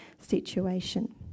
situation